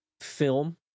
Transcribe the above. film